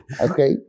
Okay